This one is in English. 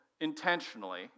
intentionally